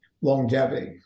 longevity